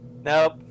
Nope